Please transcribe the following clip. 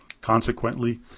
Consequently